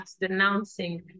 denouncing